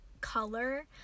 color